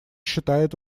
считает